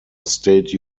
state